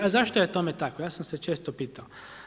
A zašto je tome tako, ja sam se često pitao?